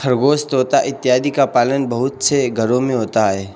खरगोश तोता इत्यादि का पालन बहुत से घरों में होता है